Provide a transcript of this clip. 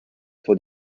for